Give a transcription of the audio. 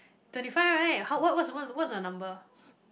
twenty five right how what what's what's the number